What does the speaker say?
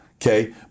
Okay